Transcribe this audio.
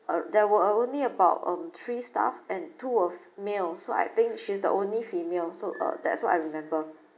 err there were only about um three staff and two were male so I think she's the only female so uh that's what I remember